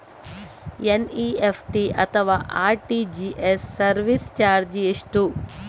NEFT ಅಥವಾ RTGS service charge ಎಷ್ಟು?